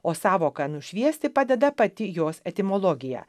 o sąvoką nušviesti padeda pati jos etimologija